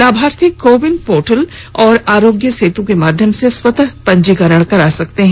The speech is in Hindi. लाभार्थी को विन पोर्टल और आरोग्य सेतू के माध्यम से स्वत पंजीकरण करा सकते हैं